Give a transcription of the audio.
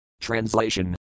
Translation